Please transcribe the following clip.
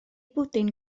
bwdin